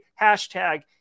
hashtag